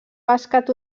bàsquet